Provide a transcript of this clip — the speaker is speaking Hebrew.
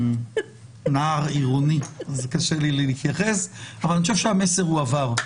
אני נער עירוני אז קשה לי להתייחס אבל אני חושב שהמסר הועבר.